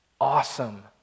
awesome